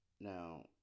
Now